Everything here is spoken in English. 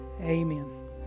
Amen